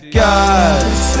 gods